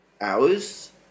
hours